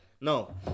No